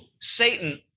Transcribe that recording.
Satan